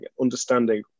Understanding